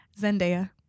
Zendaya